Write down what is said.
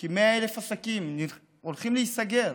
כ-100,000 עסקים הולכים להיסגר,